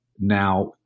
Now